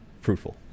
fruitful